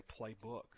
playbook